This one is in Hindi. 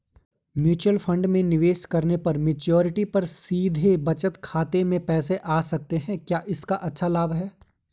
म्यूचूअल फंड में निवेश करने पर मैच्योरिटी पर क्या सीधे बचत खाते में पैसे आ सकते हैं क्या इसका अच्छा लाभ है?